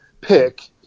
pick